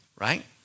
Right